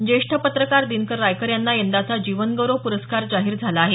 ज्येष्ठ पत्रकार दिनकर रायकर यांना यंदाचा जीवनगौरव प्रस्कार जाहीर झाला आहे